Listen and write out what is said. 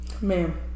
Ma'am